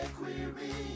query